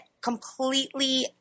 completely